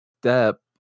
step